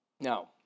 now